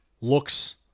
looks